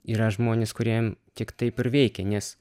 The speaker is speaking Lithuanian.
yra žmonės kuriem tik taip ir veikia nes